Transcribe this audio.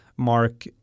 mark